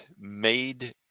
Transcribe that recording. made